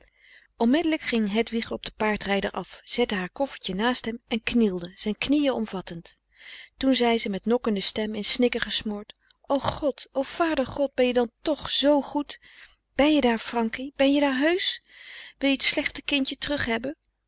onmiddellijk ging hedwig op den paardrijder af zette haar koffertje naast hem en knielde zijn knieën omvattend toen zei ze met nokkende stem in snikken gesmoord o god o vader god ben je dan toch z goed ben je daar frankie ben je daar heus wil je t slechte kintje terughebben